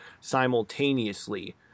simultaneously